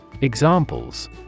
Examples